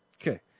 Okay